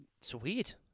Sweet